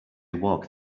walk